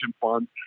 fund